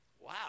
Wow